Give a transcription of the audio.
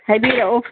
ꯍꯥꯏꯕꯤꯔꯛꯑꯣ